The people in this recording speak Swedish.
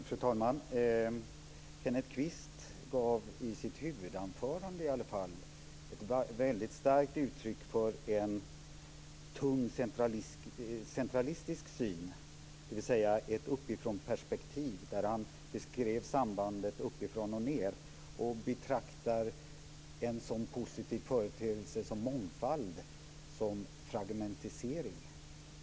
Fru talman! I sitt huvudanförande gav Kenneth Kvist ett väldigt starkt uttryck för en tung centralistisk syn, dvs. ett uppifrånperspektiv där han beskrev sambandet uppifrån och ned. Han betraktar en sådan positiv företeelse som mångfald som fragmentisering.